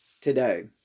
today